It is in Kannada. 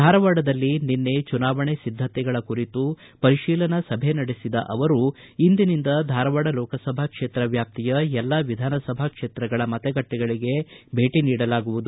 ಧಾರವಾಡದಲ್ಲಿ ನಿನ್ನೆ ಚುನಾವಣೆ ಸಿದ್ದತೆಗಳ ಕುರಿತು ಪರಿಶೀಲನಾ ಸಭೆ ನಡೆಸಿದ ಅವರು ಇಂದಿನಿಂದ ಧಾರವಾಡ ಲೋಕಸಭಾ ಕ್ಷೇತ್ರ ವ್ಯಾಪ್ತಿಯ ಎಲ್ಲಾ ವಿಧಾನಸಭಾ ಕ್ಷೇತ್ರಗಳ ಮತಗಟ್ಲೆಗಳಿಗೆ ಭೇಟಿ ನೀಡಲಾಗುವುದು